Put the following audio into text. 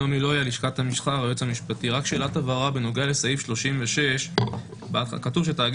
שאלת הבהרה בנוגע לסעיף 36 כתוב שתאגיד